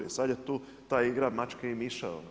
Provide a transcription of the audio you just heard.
I sad je tu ta igra mačke i miša.